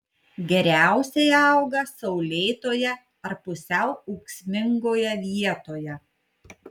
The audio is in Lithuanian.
geriausiai auga saulėtoje ar pusiau ūksmingoje vietoje